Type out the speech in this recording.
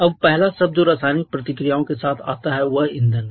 अब पहला शब्द जो रासायनिक प्रतिक्रियाओं के साथ आता है वह ईंधन है